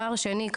פער שני,